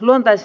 luontais